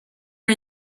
are